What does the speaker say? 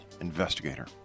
investigator